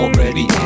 Already